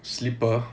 slipper